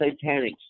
satanic